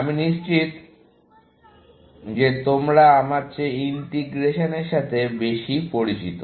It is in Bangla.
আমি নিশ্চিত যে তোমরা আমার চেয়ে ইন্টিগ্রেশনের সাথে বেশি পরিচিত